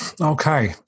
Okay